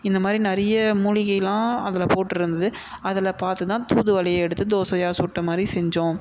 இந்த மாதிரி நிறைய மூலிகைலாம் அதில் போட்டுருந்தது அதில் பார்த்து தான் தூதுவளையை எடுத்து தோசையாக சுட்ட மாதிரி செஞ்சோம்